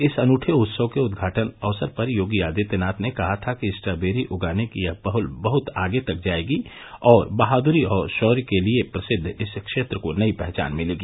इस अनुठे उत्सव के उदघाटन अवसर पर योगी आदित्यनाथ ने कहा था कि स्ट्राबेरी उगाने की यह पहल बहत आगे तक जायेगी और बहादुरी और शोर्य के लिए प्रसिद्व इस क्षेत्र को नई पहचान मिलेगी